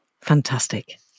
Fantastic